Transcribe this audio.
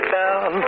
down